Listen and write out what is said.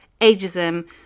ageism